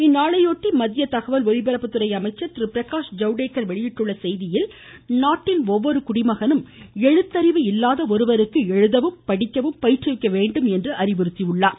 இந்நாளையொட்டி மத்திய தகவல் ஒலிபரப்புத்துறை அமைச்சர் திரு பிரகாஷ் ஜவுடேகர் வெளியிட்டுள்ள செய்தியில் நாட்டின் ஒவ்வொரு குடிமகனும் எழுத்தறிவு இல்லாத ஒருவருக்கு எழுதவும் படிக்கவும் பயிற்றுவிக்க வேண்டும் என்று அறிவுறுத்தியுள்ளார்